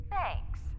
Thanks